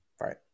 Right